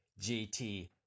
GT